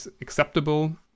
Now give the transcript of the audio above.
acceptable